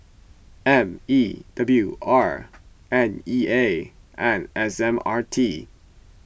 M E W R N E A and S M R T